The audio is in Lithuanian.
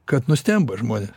kad nustemba žmonės